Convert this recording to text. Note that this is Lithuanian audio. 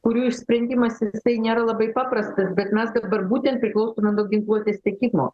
kurių išsprendimas tai nėra labai paprastas bet mes dabar būtent priklausomi nuo ginkluotės tiekimo